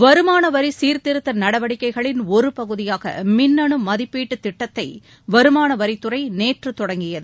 வருமான வரி சீர்திருத்த நடவடிக்கைகளின் ஒரு பகுதியாக மின்னனு மதிப்பீட்டுத் திட்டத்தை வருமான வரித்துறை நேற்று தொடங்கியது